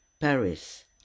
Paris